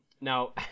Now